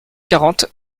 quarante